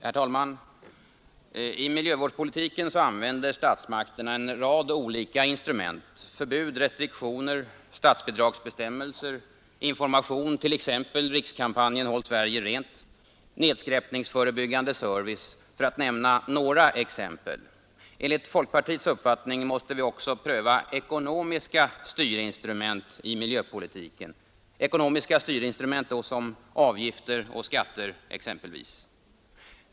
Herr talman! I miljövårdspolitiken använder statsmakterna en rad olika instrument: förbud, restriktioner, statsbidragsbestämmelser, information — t.ex. rikskampanjen Håll Sverige rent — och nedskräpningsförebyggande service. Enligt folkpartiets uppfattning måste vi också pröva ekonomiska styrinstrument i miljöpolitiken, t.ex. avgifter och skatter.